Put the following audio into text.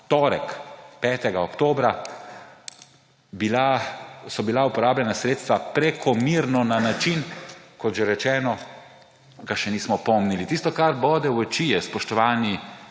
torek, 5. oktobra, uporabljena sredstva prekomerno, na način, kot že rečeno, ki ga še nismo pomnili. Tisto, kar bode v oči, je, spoštovani